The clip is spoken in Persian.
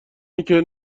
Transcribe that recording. اینکه